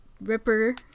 ripper